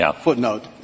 footnote